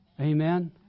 Amen